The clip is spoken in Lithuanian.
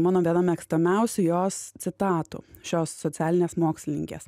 mano viena mėgstamiausių jos citatų šios socialinės mokslininkės